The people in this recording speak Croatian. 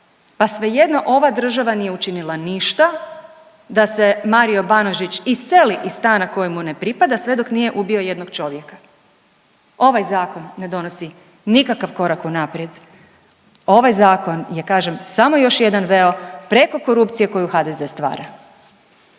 pa svejedno ova država nije učinila ništa da se Mario Banožić iseli iz stana koji mu ne pripada sve dok nije ubio jednog čovjeka. Ovaj zakon ne donosi nikakav korak unaprijed. Ovaj zakon je kažem samo još jedan veo preko korupcije koju HDZ stvara.